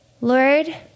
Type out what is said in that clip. Lord